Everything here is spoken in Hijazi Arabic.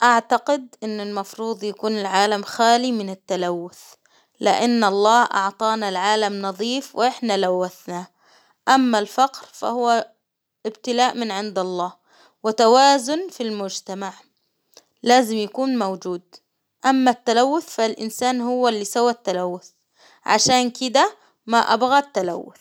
أعتقد إن المفروظ يكون العالم خالي من التلوث، لأن الله أعطانا العالم نظيف وإحنا لوثناه، أما الفقر فهو إبتلاء من عند الله، وتوازن في المجتمع، لازم يكون موجود، أما التلوث فالإنسان هو اللي سوى التلوث، عشان كده ما أبغى التلوث.